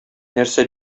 нәрсә